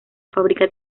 fábrica